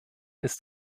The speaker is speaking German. ist